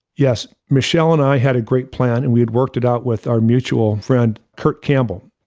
yes, michele and i had a great plan and we'd worked it out with our mutual friend, kurt campbell.